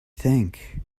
think